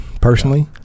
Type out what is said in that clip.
personally